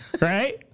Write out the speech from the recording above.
Right